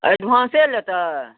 एडभान्से लेतै